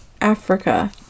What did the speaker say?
Africa